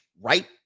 right